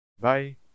Bye